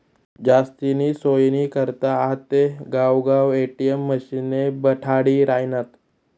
जास्तीनी सोयनी करता आते गावगाव ए.टी.एम मशिने बठाडी रायनात